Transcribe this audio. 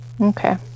okay